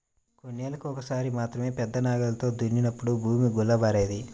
కొన్నేళ్ళకు ఒక్కసారి మాత్రమే పెద్ద నాగలితో దున్నినప్పుడు భూమి గుల్లబారేది